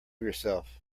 yourself